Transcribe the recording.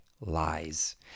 lies